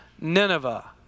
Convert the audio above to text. Nineveh